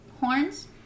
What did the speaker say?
Horns